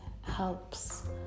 helps